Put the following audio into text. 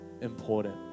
important